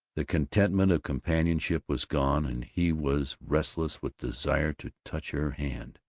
the contentment of companionship was gone, and he was restless with desire to touch her hand.